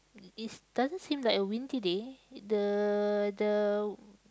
is doesn't seems like a windy day the the